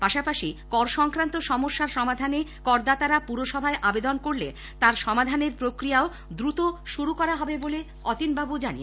পাশাপাশি কর সংক্রান্ত সমস্যা সমাধানে করদাতারা পুরসভায় আবেদন করলে সেই প্রক্রিয়াও দ্রুত শুরু করে দেওয়া হবে বলে অতীনবাবু জানান